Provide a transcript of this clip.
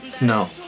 No